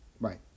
right